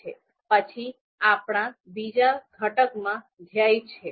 પછી આપણા બીજા ઘટકમાં ધ્યેય છે